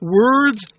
words